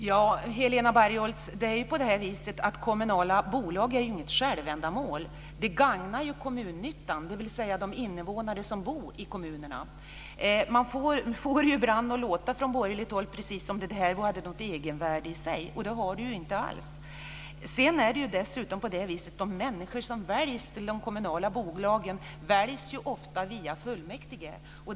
Fru talman! Det är ju inte på det viset, Helena Bargholtz, att kommunala bolag är något självändamål. Det gagnar ju kommunnyttan, dvs. de invånare som bor i kommunerna. Man får det ibland från borgerligt håll att låta precis som om det här hade ett egenvärde i sig. Det har det inte alls. Sedan är det dessutom på det viset att de människor som väljs till de kommunala bolagen ofta väljs via fullmäktige.